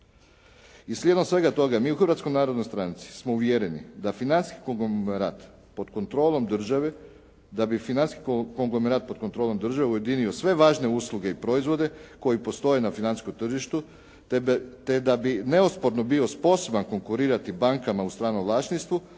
I slijedom svega toga, mi u Hrvatskoj narodnoj stranci smo uvjereni da bi financijski konglomerat pod kontrolom države ujedinio sve važne usluge i proizvode koji postoje na financijskom tržištu te da bi neosporno bio sposoban konkurirati bankama u stranom vlasništvu,